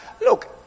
look